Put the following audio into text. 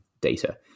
data